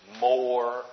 more